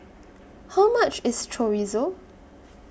How much IS Chorizo